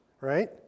Right